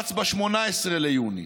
והופץ ב-18 ביוני.